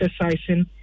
exercising